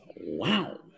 Wow